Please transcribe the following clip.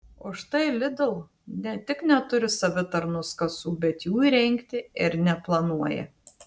o štai lidl ne tik neturi savitarnos kasų bet jų įrengti ir neplanuoja